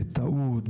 בטעות,